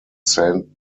saint